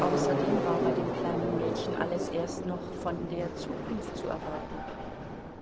außerdem war bei dem kleinen mädchen alles erst noch von der zukunft zu er warten